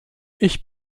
ich